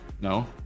No